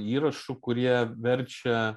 įrašų kurie verčia